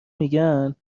میگن